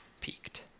Peaked